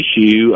issue